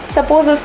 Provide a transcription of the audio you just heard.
Suppose